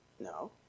No